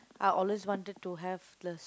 I always wanted to have